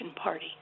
Party